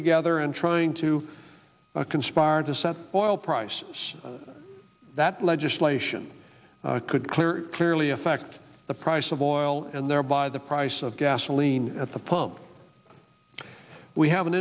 together and trying to conspire to set boil price that legislation could clear clearly affect the price of oil and thereby the price of gasoline at the pump we have an